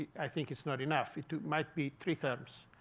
i think it's not enough. it might be three terms.